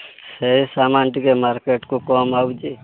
ସେ ସାମାନ ଟିକେ ମାର୍କେଟକୁ କମ୍ ଆଉଛି